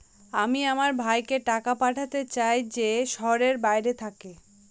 আমি আমার ভাইকে টাকা পাঠাতে চাই যে শহরের বাইরে থাকে